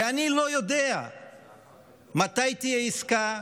ואני לא יודע מתי תהיה עסקה,